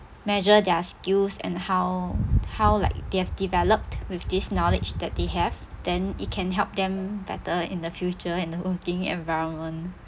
measure their skills and how how like they have developed with this knowledge that they have then it can help them better in the future in the working environment